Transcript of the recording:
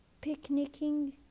picnicking